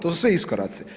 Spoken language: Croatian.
To su sve iskoraci.